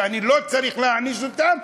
שאני לא צריך להעניש אותם,